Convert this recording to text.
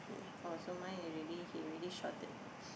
oh so mine already he already shouted